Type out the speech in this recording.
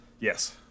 Yes